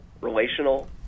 relational